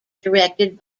directed